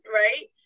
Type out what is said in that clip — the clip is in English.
right